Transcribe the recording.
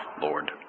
Lord